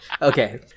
okay